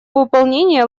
выполнение